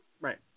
Right